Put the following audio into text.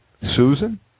Susan